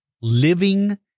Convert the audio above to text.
living